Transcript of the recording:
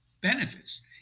benefits